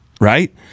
right